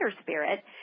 spirit